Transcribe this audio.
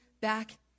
back